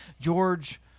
George